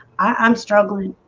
i'm struggling.